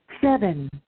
Seven